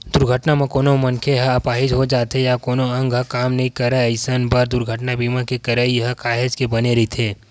दुरघटना म कोनो मनखे ह अपाहिज हो जाथे या कोनो अंग ह काम नइ करय अइसन बर दुरघटना बीमा के करई ह काहेच के बने रहिथे